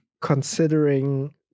considering